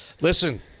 Listen